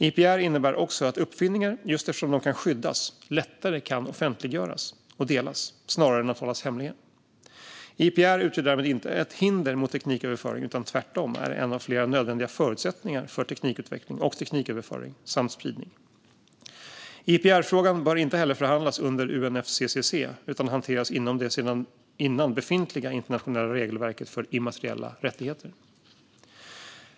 IPR innebär också att uppfinningar, just eftersom de kan skyddas, lättare kan offentliggöras och delas snarare än hållas hemliga. IPR utgör därmed inte ett hinder mot tekniköverföring utan är tvärtom en av flera nödvändiga förutsättningar för teknikutveckling och tekniköverföring samt spridning. IPR-frågan bör inte heller förhandlas under UNFCCC utan hanteras inom det sedan tidigare befintliga internationella regelverket för immateriella rättigheter.